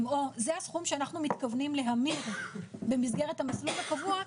או זה הסכום שאנחנו מתכוונים להמיר במסגרת המסלול הקבוע,